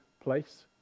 place